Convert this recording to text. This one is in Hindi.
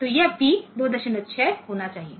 तो यह पी 26 होना चाहिए